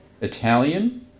Italian